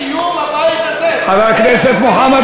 חבר הכנסת מוחמד